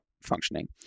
functioning